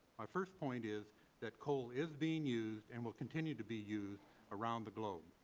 my first point is that coal is being used and will continue to be used around the globe.